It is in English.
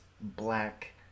black